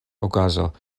okazo